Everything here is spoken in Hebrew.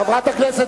חברת הכנסת